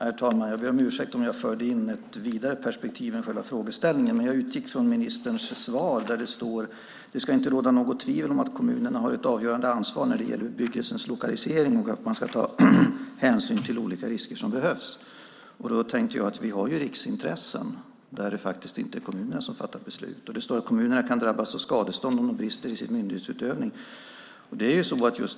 Herr talman! Jag ber om ursäkt om jag förde in ett vidare perspektiv än själva frågeställningen, men jag utgick från ministerns svar. Där står det: "Det ska inte råda något tvivel om att kommunerna har ett avgörande ansvar när det gäller bebyggelsens lokalisering och att man ska ta hänsyn till de olika riskerna." Då tänkte jag att vi har riksintressen där det faktiskt inte är kommunen som fattar beslut. Det står vidare: "Kommunen kan drabbas av skadestånd om den brister i sin myndighetsutövning."